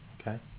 okay